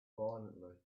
violently